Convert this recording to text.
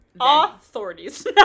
Authorities